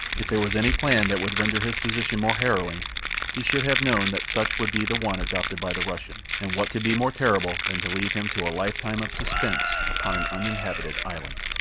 if there was any plan that would render his position more harrowing he should have known that such would be the one adopted by the russian, and what could be more terrible than to leave him to a lifetime of suspense upon an uninhabited island?